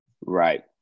Right